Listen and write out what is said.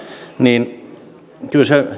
niin kyllä